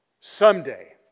someday